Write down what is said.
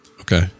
okay